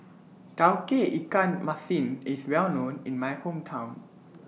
Tauge Ikan Masin IS Well known in My Hometown